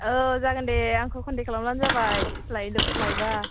औ जागोन दे आंखौ कनटेक्त खालामबानो जाबाय लायबा